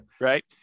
Right